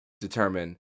determine